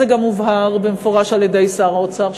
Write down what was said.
זה גם הובהר במפורש על-ידי שר האוצר,